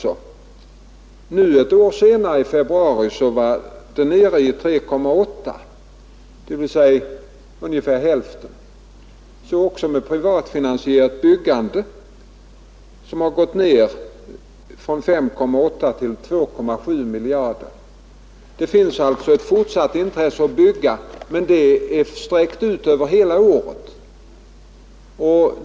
Nu i februari, alltså ett år senare, var motsvarande summa 3,8 miljarder kronor, dvs. ungefär hälften. Samma är förhållandet med privatfinansierat byggande, som gått ned från 5,8 till 2,7 miljarder kronor. Det finns alltså ett fortsatt intresse av att bygga, men det är utsträckt över hela året.